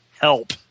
help